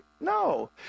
No